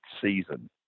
season